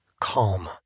calm